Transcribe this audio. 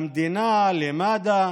למדינה, למד"א